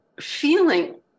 feeling